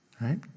right